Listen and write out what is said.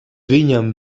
viņam